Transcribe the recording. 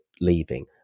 leaving